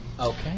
Okay